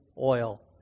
oil